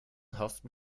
haften